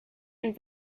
and